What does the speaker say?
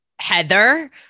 Heather